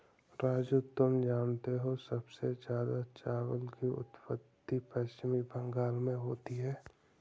राजू तुम जानते हो सबसे ज्यादा चावल की उत्पत्ति पश्चिम बंगाल में होती है